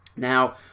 Now